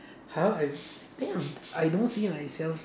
however I think I'm I don't see myself